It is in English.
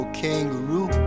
kangaroo